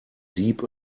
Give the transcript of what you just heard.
deep